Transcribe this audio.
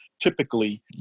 typically